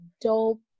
dope